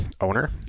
owner